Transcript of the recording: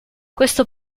questo